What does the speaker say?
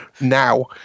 now